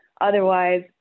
otherwise